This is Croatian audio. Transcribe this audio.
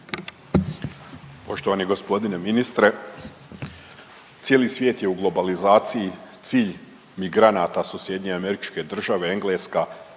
Poštovani gospodine ministre cijeli svijet je u globalizaciji, cilj migranata su SAD, Engleska,